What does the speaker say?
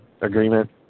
agreement